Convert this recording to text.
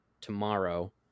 tomorrow